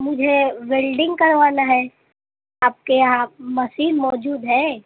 مجھے ویلڈنگ کروانا ہے آپ کے یہاں مشین موجود ہے